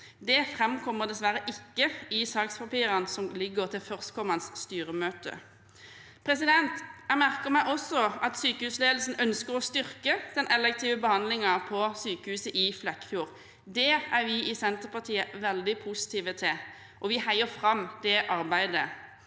Det framkommer dessverre ikke i sakspapirene som foreligger til førstkommende styremøte. Jeg merker meg også at sykehusledelsen ønsker å styrke den elektive behandlingen på sykehuset i Flekkefjord. Det er vi i Senterpartiet veldig positive til, og vi heier fram det arbeidet.